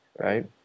right